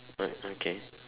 ah okay